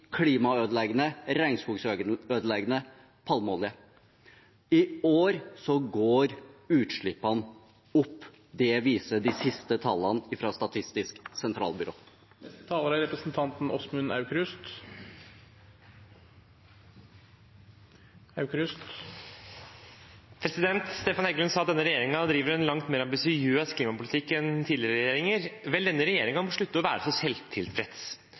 klimaødeleggende, regnskogsødeleggende palmeolje. I år går utslippene opp. Det viser de siste tallene fra Statistisk sentralbyrå. Stefan Heggelund sa at denne regjeringen driver en langt mer ambisiøs klimapolitikk enn tidligere regjeringer. Vel, denne regjeringen må slutte å være så selvtilfreds.